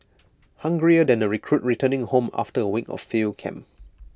hungrier than A recruit returning home after A week of field camp